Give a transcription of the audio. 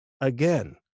again